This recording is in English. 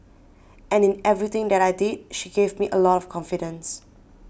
and in everything that I did she gave me a lot of confidence